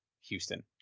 Houston